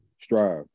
strive